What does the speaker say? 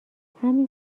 همین